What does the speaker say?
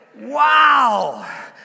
wow